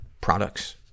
products